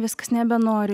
viskas nebenoriu